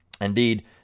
Indeed